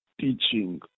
teaching